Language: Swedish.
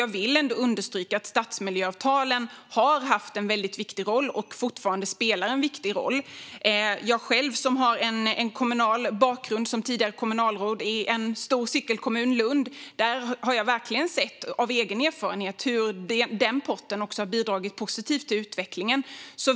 Jag vill understryka att stadsmiljöavtalen har spelat en väldigt viktig roll och gör så fortfarande. Jag har själv en bakgrund som tidigare kommunalråd i en stor cykelkommun, Lund. Där har jag egen erfarenhet av hur den här potten har bidragit positivt till utvecklingen.